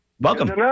Welcome